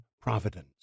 providence